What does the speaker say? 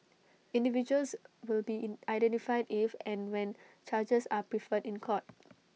individuals will be in identified if and when charges are preferred in court